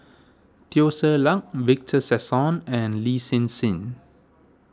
Teo Ser Luck Victor Sassoon and Lin Hsin Hsin